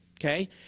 okay